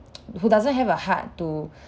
who doesn't have a heart to